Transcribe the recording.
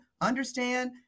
understand